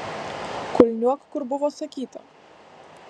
kulniuok kur buvo sakyta